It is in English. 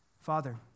Father